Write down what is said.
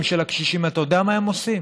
של הקשישים ואתה יודע מה הם עושים?